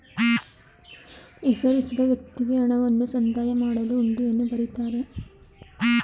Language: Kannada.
ಹೆಸರಿಸಿದ ವ್ಯಕ್ತಿಗೆ ಹಣವನ್ನು ಸಂದಾಯ ಮಾಡಲು ಹುಂಡಿಯನ್ನು ಬರಿತಾರೆ